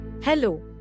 Hello